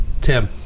Tim